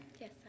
Yes